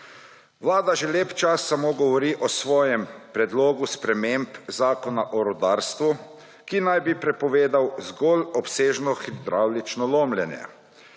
Vlada že lep čas samo govori o svojem predlogu sprememb Zakona o rudarstvu, ki naj bi prepovedal zgolj obsežno hidravlično lomljenje.